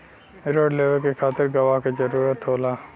रिण लेवे के खातिर गवाह के जरूरत होला